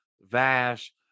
Vash